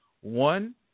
one